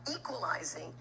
equalizing